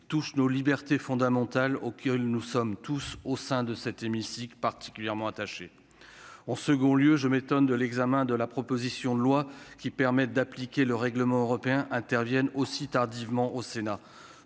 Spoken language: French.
tous nos libertés fondamentales auxquelles nous sommes tous au sein de cet hémicycle particulièrement attaché, en second lieu, je m'étonne de l'examen de la proposition de loi qui permette d'appliquer le règlement européen interviennent aussi tardivement au Sénat,